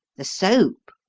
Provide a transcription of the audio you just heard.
the soap?